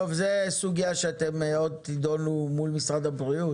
זאת סוגיה אתם עוד תדונו בה מול משרד הבריאות.